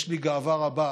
יש בי גאווה רבה